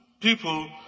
people